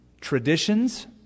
Traditions